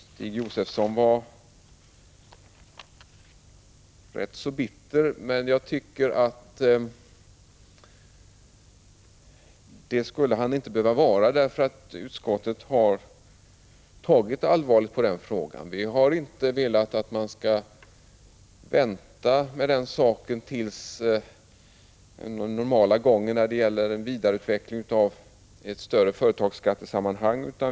Stig Josefson verkade ganska bitter, men det skulle han inte behöva vara, tycker jag — utskottet har tagit allvarligt på den frågan. Vi har inte velat att man skall vänta med den saken och ta upp den senare i ett större företagsskattesammanhang.